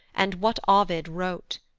and what ovid wrote.